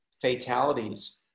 fatalities